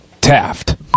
Taft